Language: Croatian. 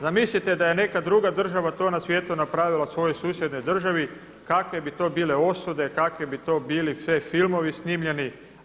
Zamislite da je neka druga država to na svijetu napravila svojoj susjednoj državi kakve bi to bile osude, kakvi bi to bili sve filmovi snimljeni.